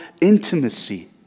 intimacy